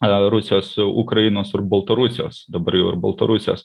rusijos ukrainos ir baltarusijos dabar jau ir baltarusijos